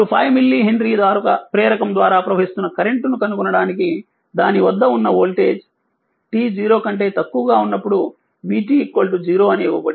ఇప్పుడు 5 millihenry ప్రేరకం ద్వారా ప్రవహిస్తున్న కరెంట్ ను కనుగొనడానికి దాని వద్ద ఉన్న వోల్టేజ్ t0కంటే తక్కువగా ఉన్నప్పుడు vt0 అని ఇవ్వబడింది